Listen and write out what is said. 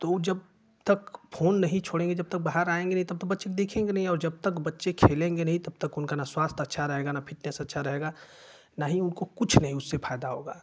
तो जब तक फोन नहीं छोड़ेंगे जब तक बाहर आयेंगे नहीं तब तक बच्चे देखेंगे नहीं और नहीं जब तक बच्चे खेलेंगे नहीं तब तक उनका न स्वास्थय अच्छा रहेगा न फिटनेस अच्छा रहेगा न ही उनको कुछ नहीं उससे फायदा होगा